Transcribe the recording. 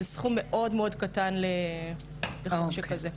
זה סכום מאוד קטן לחוק שכזה.